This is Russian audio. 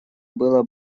было